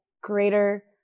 greater